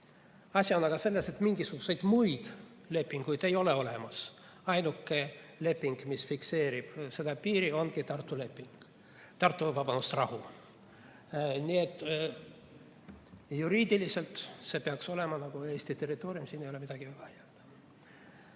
Asi on aga selles, et mingisuguseid muid lepinguid ei ole olemas. Ainuke leping, mis fikseerib seda piiri, ongi Tartu rahu. Nii et juriidiliselt see peaks olema nagu Eesti territoorium, siin ei ole midagi vaielda.